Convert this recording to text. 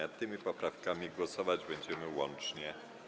Nad tymi poprawkami głosować będziemy łącznie.